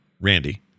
Randy